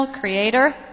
creator